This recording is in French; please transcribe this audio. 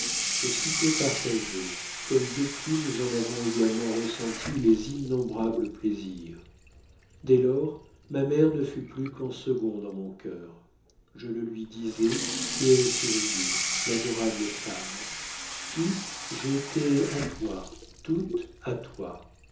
aussitôt partagé comme depuis nous en avons également ressenti les innombrables plaisirs dès lors ma mère ne fut plus qu'en second dans mon cœur je le lui disais et elle souriait l'adorable femme puis j'ai été à toi toute à toi